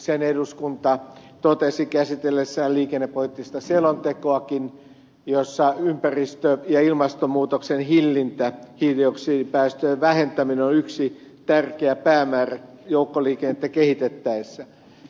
sen eduskunta totesi käsitellessään liikennepoliittista selontekoakin jossa ympäristön ja ilmastonmuutoksen hillintä hiilidioksidipäästöjen vähentäminen on yksi tärkeä päämäärä joukkoliikennettä kehitettäessä